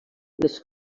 les